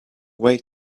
way